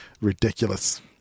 ridiculous